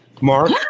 Mark